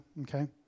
Okay